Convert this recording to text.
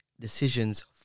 decisions